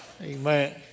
Amen